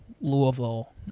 Louisville